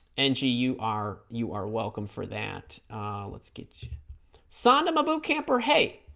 angie you are you are welcome for that let's get you sanda mabu camper hey